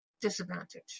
Disadvantage